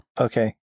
Okay